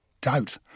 doubt